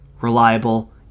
reliable